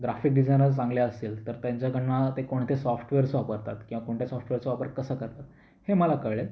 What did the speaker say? graphic designer चांगले असतील तर त्यांच्याकडून ते कोणते सॉफ्टवेअर्स वापरतात किंवा कोणत्या सॉफ्टवेअरचा वापर कसा करतात हे मला कळेल